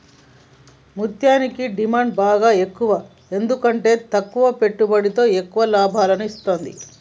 ముత్యనికి డిమాండ్ బాగ ఎక్కువ ఎందుకంటే తక్కువ పెట్టుబడితో ఎక్కువ లాభాలను ఇత్తుంది